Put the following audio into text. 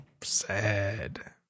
sad